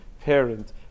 parent